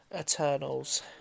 Eternals